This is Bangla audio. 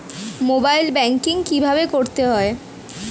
মোবাইল ব্যাঙ্কিং কীভাবে করতে হয়?